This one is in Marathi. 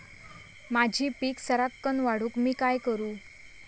माझी पीक सराक्कन वाढूक मी काय करू?